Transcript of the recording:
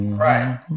Right